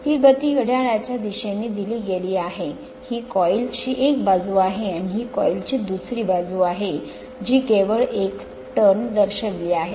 ही गती घड्याळाच्या दिशेने दिली गेली आहे ही कॉईल ची एक बाजू आहे आणि ही कॉईल ची दुसरी बाजू आहे जी केवळ एक वळण दर्शविली आहे